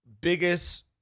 biggest